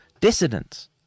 dissidents